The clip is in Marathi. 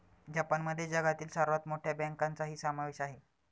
जपानमध्ये जगातील सर्वात मोठ्या बँकांचाही समावेश आहे